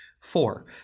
Four